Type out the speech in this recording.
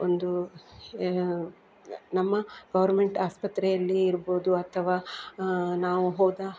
ಒಂದು ನಮ್ಮ ಗವರ್ನ್ಮೆಂಟ್ ಆಸ್ಪತ್ರೆಯಲ್ಲಿ ಇರ್ಬೋದು ಅಥವಾ ನಾವು ಹೋದ